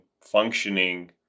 functioning